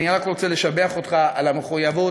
ואני רק רוצה לשבח אותך על המחויבות,